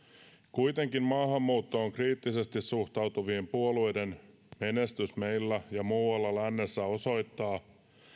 kuitenkin maahanmuuttoon kriittisesti suhtautuvien puolueiden menestys meillä ja muualla lännessä osoittaa